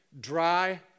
dry